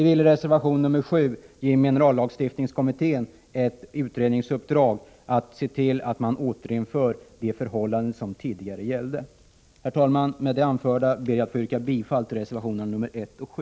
Vi vill ge minerallagstiftningskommittén ett utredningsuppdrag att se till att det tidigare förhållandet återinförs. Herr talman! Med det anförda ber jag att få yrka bifall till reservationerna 1 och 7.